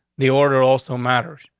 the order also matters.